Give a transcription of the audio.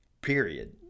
period